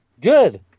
Good